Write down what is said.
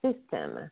system